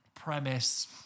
premise